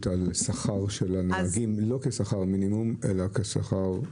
על שכר של הנהגים לא כשכר מינימום אלא כשכר מתאים?